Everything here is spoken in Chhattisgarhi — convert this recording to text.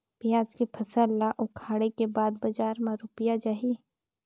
पियाज के फसल ला उखाड़े के बाद बजार मा रुपिया जाही?